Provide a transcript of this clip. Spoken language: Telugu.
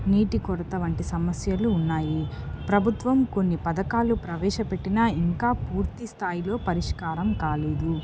నీటి కొరత వంటి సమస్యలు ఉన్నాయి ప్రభుత్వం కొన్ని పథకాలు ప్రవేశపెట్టినా ఇంకా పూర్తి స్థాయిలో పరిష్కారం కాలేదు